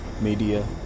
Media